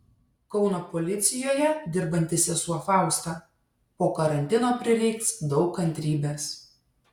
kauno policijoje dirbanti sesuo fausta po karantino prireiks daug kantrybės